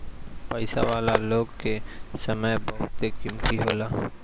पईसा वाला लोग कअ समय बहुते कीमती होला